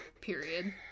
period